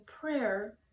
prayer